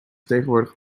tegenwoordig